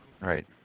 Right